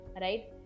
right